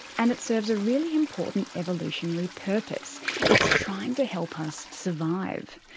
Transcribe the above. and it serves a really important evolutionary purpose it's trying to help us survive.